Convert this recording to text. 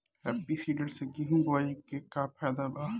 Happy seeder से गेहूं बोआई के का फायदा बा?